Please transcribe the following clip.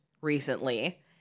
recently